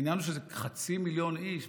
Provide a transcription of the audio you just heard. העניין הוא שזה חצי מיליון איש,